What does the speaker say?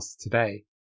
today